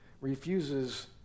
refuses